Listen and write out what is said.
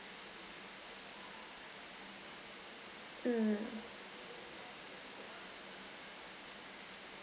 mm